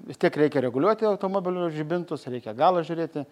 vis tiek reikia reguliuoti automobilio žibintus reikia galą žiūrėti